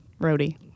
roadie